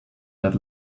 that